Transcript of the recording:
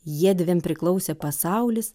jiedviem priklausė pasaulis